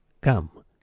Come